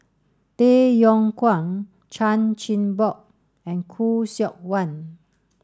Tay Yong Kwang Chan Chin Bock and Khoo Seok Wan